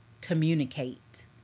communicate